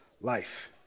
life